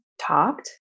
talked